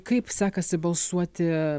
kaip sekasi balsuoti